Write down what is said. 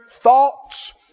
thoughts